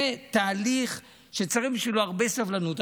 זה תהליך שצריך בשבילו הרבה סבלנות,